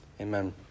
Amen